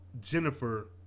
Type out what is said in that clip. Jennifer